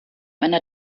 einer